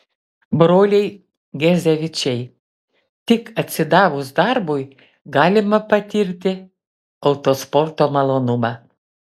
broliai gezevičiai tik atsidavus darbui galima patirti autosporto malonumą